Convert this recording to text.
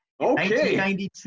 Okay